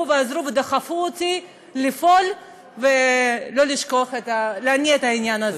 ועזרו ודחפו אותי לפעול ולהניע את העניין הזה.